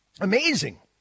amazing